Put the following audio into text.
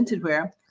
wear